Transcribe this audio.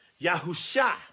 Yahusha